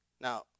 Now